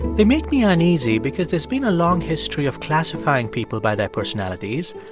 they make me uneasy because there's been a long history of classifying people by their personalities.